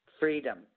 Freedom